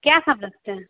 क्या सब रखते हैं